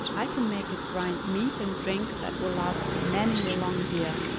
i can make it grind meat and drink that will last many a long year.